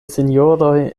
sinjoroj